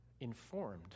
informed